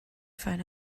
find